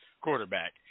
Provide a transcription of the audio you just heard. quarterback